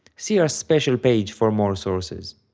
see our special page for more sources.